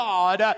God